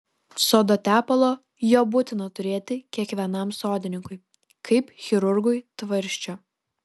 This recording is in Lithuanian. sodo tepalo jo būtina turėti kiekvienam sodininkui kaip chirurgui tvarsčio